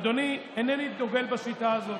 אדוני, אינני דוגל בשיטה הזאת.